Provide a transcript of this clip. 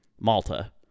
Malta